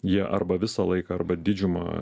jie arba visą laiką arba didžiumą